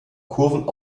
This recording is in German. kurven